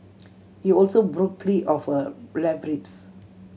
he also broke three of her left ribs